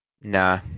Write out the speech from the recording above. Nah